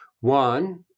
One